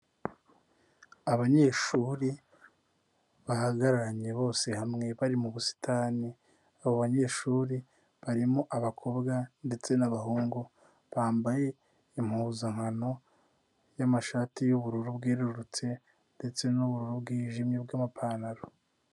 Abanyeshuri bahagararanye bose hamwe, bari mu busitani, abo banyeshuri barimo abakobwa ndetse n'abahungu, bambaye impuzankano y'amashati y'ubururu bwererutse ndetse n'ubururu bwijimye bw'amapantaro.